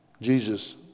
Jesus